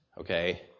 okay